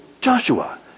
Joshua